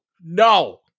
no